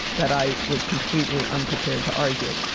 that i was completely unprepared to argue it.